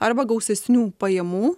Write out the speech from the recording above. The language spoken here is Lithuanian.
arba gausesnių pajamų